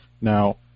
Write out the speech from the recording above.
Now